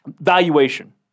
valuation